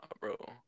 bro